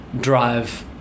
drive